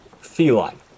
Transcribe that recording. Feline